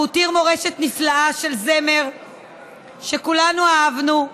הוא הותיר מורשת נפלאה של זמר שכולנו אהבנו,